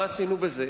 מה עשינו בזה?